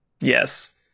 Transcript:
Yes